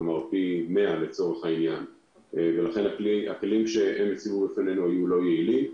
כלומר פי 100. כך שהכלים שהוצגו לפנינו לא היו יעילים.